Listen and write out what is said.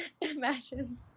imagine